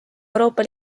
euroopa